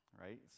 right